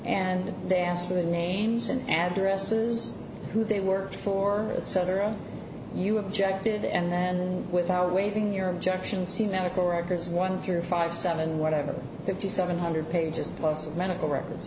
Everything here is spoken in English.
and they asked for the names and addresses who they were before the center of you objected and then without waiting your objection see medical records one through five seven whatever fifty seven hundred pages plus of medical records